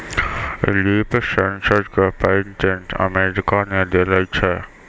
Leaf sensor क patent America ने देलें छै?